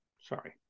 Sorry